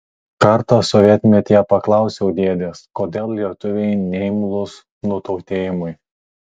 kartą sovietmetyje paklausiau dėdės kodėl lietuviai neimlūs nutautėjimui